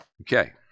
Okay